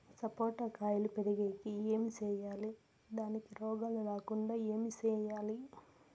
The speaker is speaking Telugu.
సపోట కాయలు పెరిగేకి ఏమి సేయాలి దానికి రోగాలు రాకుండా ఏమి సేయాలి?